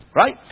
Right